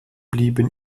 blieben